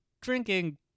drinking